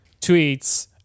tweets